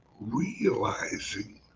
realizing